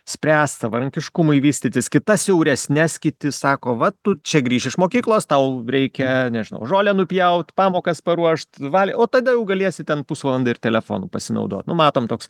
spręst savarankiškumui vystytis kita siauresnes kiti sako va tu čia grįši iš mokyklos tau reikia nežinau žolę nupjaut pamokas paruošt val o tada jau galėsi ten pusvalandį ir telefonu pasinaudot nu matom toks